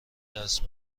دست